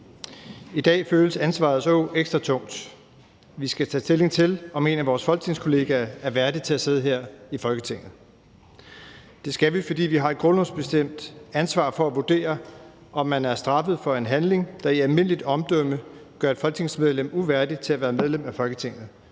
I dag føles ansvarets åg ekstra tungt. Vi skal tage stilling til, om en af vores folketingskollegaer er værdig til at sidde her i Folketinget. Det skal vi, fordi vi har et grundlovsbestemt ansvar for at vurdere, om man er straffet for en handling, der i almindeligt omdømme gør et folketingsmedlem uværdig til at være medlem af Folketinget,